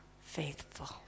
faithful